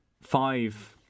five